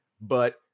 but-